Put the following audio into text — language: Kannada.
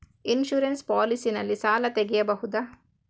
ಇನ್ಸೂರೆನ್ಸ್ ಪಾಲಿಸಿ ನಲ್ಲಿ ಸಾಲ ತೆಗೆಯಬಹುದ?